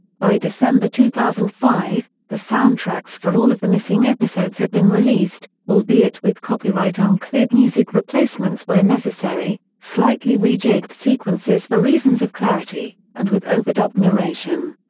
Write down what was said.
by december two thousand and five, the soundtracks for all of the missing episodes had been released, albeit with copyright-uncleared music replacements where necessary, slightly rejigged sequences for reasons of clarity, and with overdubbed narration.